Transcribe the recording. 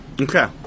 Okay